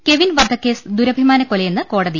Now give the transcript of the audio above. Kevin വധക്കേസ് ദുരഭിമാനക്കൊലയെന്ന് കോടതി